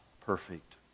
perfect